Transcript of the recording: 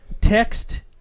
Text